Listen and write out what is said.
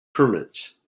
permits